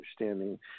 understanding